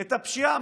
את הפשיעה.